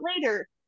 later